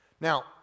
now